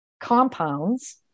compounds